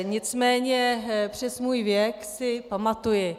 Nicméně přes můj věk si pamatuji.